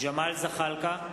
ג'מאל זחאלקה,